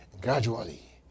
Gradually